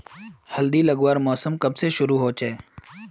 हल्दी लगवार मौसम कब से शुरू होचए?